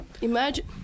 Imagine